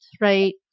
right